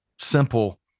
simple